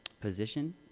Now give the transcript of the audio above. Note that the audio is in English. position